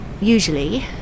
Usually